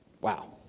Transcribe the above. Wow